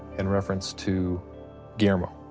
in reference to guillermo.